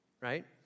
right